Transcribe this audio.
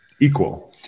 equal